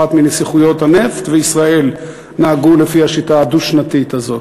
אחת מנסיכויות הנפט וישראל נהגו לפי השיטה הדו-שנתית הזאת.